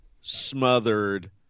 smothered